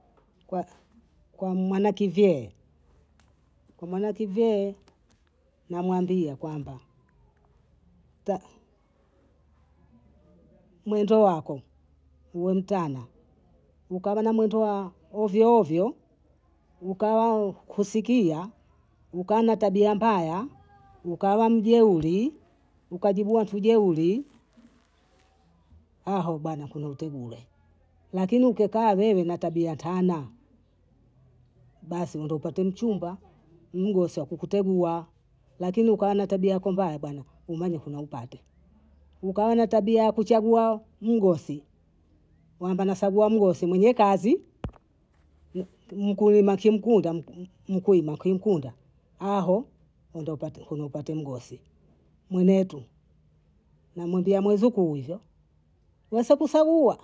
kwa mwana kivyee, kwa mwana kivyee, namwambia kwamba mwendo wako uwe mtana, ukawe na mwendo wa hovyo hovyo, ukawa kusikia, ukawa na tabia mbaya, ukawa mjeuri, ukajibu watu jeuri, ahao bana kuna utegule, lakini ukikaa wewe na tabia tana, basi ndo upate mchumba, mgosi wa kukutegua, lakini ukawa na tabia yako mbaya bana, umanye kuna upate, ukawa na tabia ya kuchagua mgosi, wamba nasagua mgosi mwenye kazi, mkulima kimkunda, mkuima kimkunda aho nenda upate konu upate mgosi, mwenetu namwambia mwizukuu hivyo, wasio kusagua